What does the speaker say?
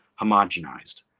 homogenized